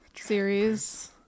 series